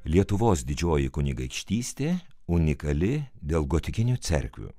lietuvos didžioji kunigaikštystė unikali dėl gotikinių cerkvių